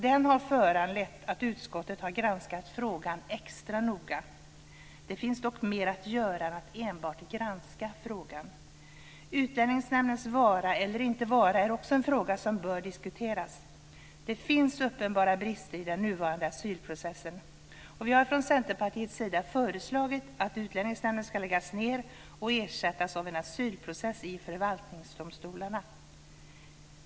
Det ha föranlett att utskottet har granskat frågan extra noga. Det finns dock mer att göra än att enbart granska frågan. Utlänningsnämndens vara eller inte vara är också en fråga som bör diskuteras. Det finns uppenbara brister i den nuvarande asylprocessen. Vi har från Centerpartiets sida föreslagit att Utlänningsnämnden ska läggas ned och ersättas av en asylprocess i förvaltningsdomstolarna.